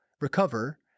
recover